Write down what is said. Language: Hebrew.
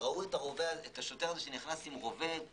ראו את השוטר שנכנס עם רובה.